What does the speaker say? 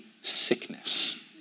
sickness